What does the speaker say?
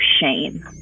shame